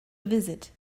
visit